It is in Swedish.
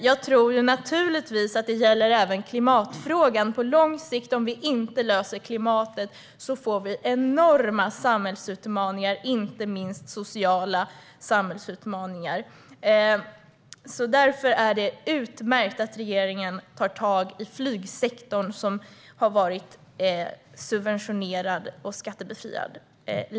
Jag tror naturligtvis att detta även gäller klimatfrågan. Om vi inte löser den på lång sikt får vi enorma samhällsutmaningar, inte minst sociala. Därför är det utmärkt att regeringen tar tag i flygsektorn, som länge har varit subventionerad och skattebefriad.